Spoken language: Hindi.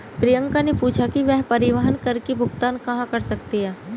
प्रियंका ने पूछा कि वह परिवहन कर की भुगतान कहाँ कर सकती है?